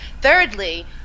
Thirdly